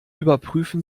überprüfen